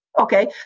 Okay